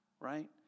right